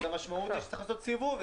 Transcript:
המשמעות היא שצריך לעשות סיבוב.